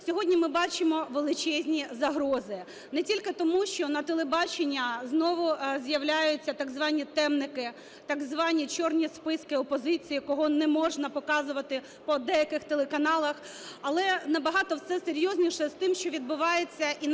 сьогодні ми бачимо величезні загрози. Не тільки тому, що на телебаченні знову з'являються так званні "темники", так звані "чорні списки опозиції", кого не можна показувати по деяких телеканалах. Але набагато все серйозніше з тим, що відбувається і